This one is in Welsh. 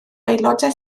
aelodau